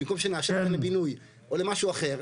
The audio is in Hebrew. במקום שנאשר אותם לבינוי או למשהו אחר,